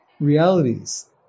realities